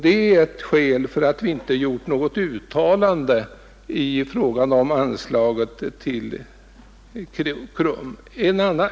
Det är ett skäl till att vi inte gjort något uttalande beträffande anslaget till KRUM.